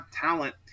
talent